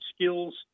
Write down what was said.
skills